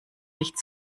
nicht